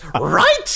right